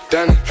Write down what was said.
Danny